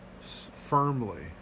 firmly